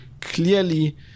clearly